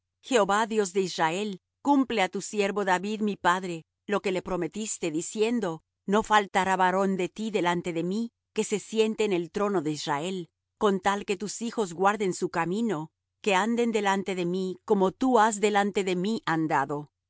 jehová dios de israel cumple á tu siervo david mi padre lo que le prometiste diciendo no faltará varón de ti delante de mí que se siente en el trono de israel con tal que tus hijos guarden su camino que anden delante de mí como tú has delante de mí andado